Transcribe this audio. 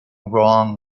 wrong